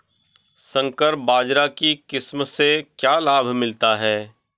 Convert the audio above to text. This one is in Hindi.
संकर बाजरा की किस्म से क्या लाभ मिलता है?